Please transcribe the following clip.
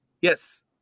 Yes